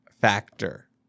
factor